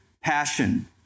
passion